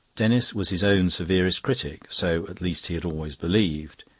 denis was his own severest critic so, at least, he had always believed.